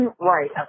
Right